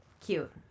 Cute